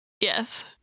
Yes